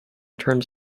terms